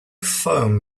foam